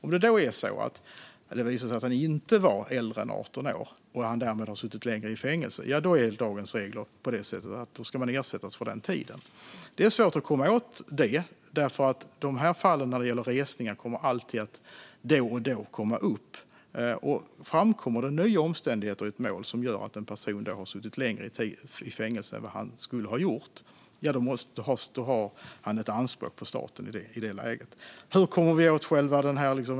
Om det visar sig att gärningsmannen inte var äldre än 18 år och han därmed suttit för länge i fängelse är dagens regler sådana att han ska ersättas för den tiden. Det är svårt att komma åt detta. Sådana fall med resningar kommer alltid att komma upp då och då. Om det framkommer nya omständigheter i ett mål som gör att en person har suttit längre i fängelse än han borde har han i det läget ett anspråk på staten.